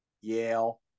Yale